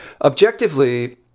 objectively